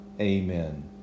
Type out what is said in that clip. Amen